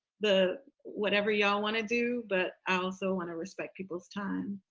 the whatever y'all want to do. but i also want to respect people's time.